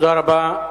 תודה רבה.